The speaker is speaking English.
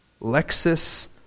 Lexus